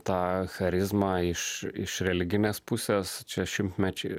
tą charizmą iš iš religinės pusės čia šimtmečiai